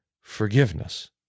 forgiveness